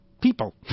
People